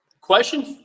question